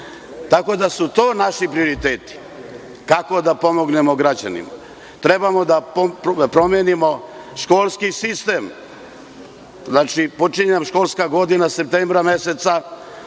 da su to naši prioriteti kako da pomognemo građanima. Trebamo da promenimo školski sistem. Znači, počinje nam školska godina septembra meseca,